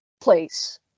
place